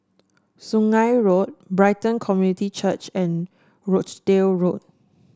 Sungei Road Brighton Community Church and Rochdale Road